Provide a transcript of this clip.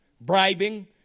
bribing